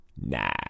Nah